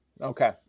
Okay